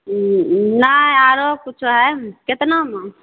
नहि आरो किछो हइ केतनामे